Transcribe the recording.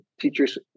Teachers